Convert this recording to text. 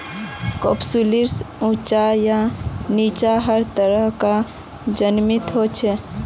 कैप्सुलैरिस ऊंचा या नीचा हर तरह कार जमीनत हछेक